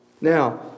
Now